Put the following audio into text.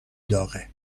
داغه